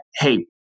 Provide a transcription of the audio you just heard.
hey